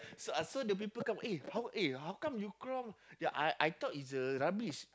so uh so the people come eh how eh how come you ya I I thought is the rubbish